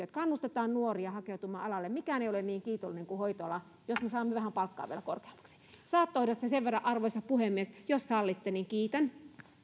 että kannustetaan nuoria hakeutumaan alalle mikään ei ole niin kiitollinen kuin hoitoala jos me vielä saamme vähän palkkaa korkeammaksi saattohoidosta sen verran arvoisa puhemies jos sallitte että kiitän